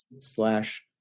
slash